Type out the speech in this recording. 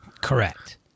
Correct